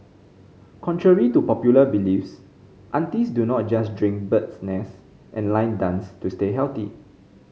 contrary to popular beliefs aunties do not just drink bird's nest and line dance to stay healthy